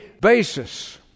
basis